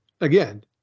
Again